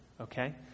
okay